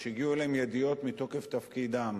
שהגיעו אליהם ידיעות מתוקף תפקידם,